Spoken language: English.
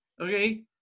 okay